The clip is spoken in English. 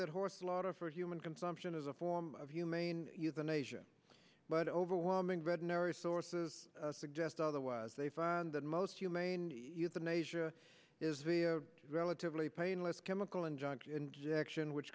that horse slaughter for human consumption is a form of humane euthanasia but overwhelming red narry sources suggest otherwise they find that most humane euthanasia is a relatively painless chemical and junk injection which